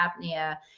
apnea